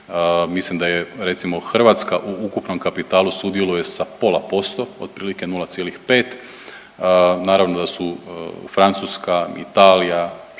mislim da je recimo Hrvatska u ukupnom kapitalu sudjeluje sa pola posto otprilike 0,5. Naravno da su Francuska, Italija, Španjolska